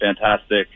fantastic